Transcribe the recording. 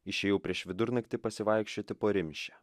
išėjau prieš vidurnaktį pasivaikščioti po rimšę